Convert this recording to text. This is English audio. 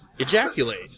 ejaculate